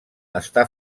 està